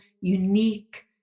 unique